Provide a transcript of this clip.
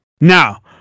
Now